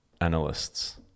analysts